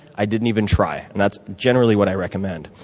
i didn't even try and that's generally what i recommend.